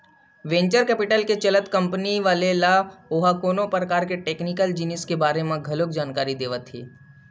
venture capital के चलत company वाले ल ओहा कोनो परकार के टेक्निकल जिनिस के बारे म घलो जानकारी देवाथे